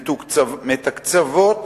מתקצבות